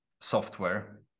software